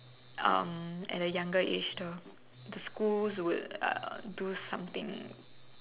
um at the younger age the the schools would uh do something